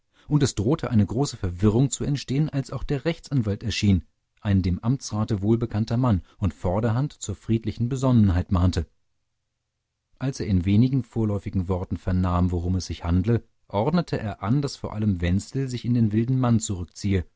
und es drohte eine große verwirrung zu entstehen als auch der rechtsanwalt erschien ein dem amtsrate wohlbekannter mann und vorderhand zur friedlichen besonnenheit mahnte als er in wenigen vorläufigen worten vernahm worum es sich handle ordnete er an daß vor allem wenzel sich in den wilden mann zurückziehe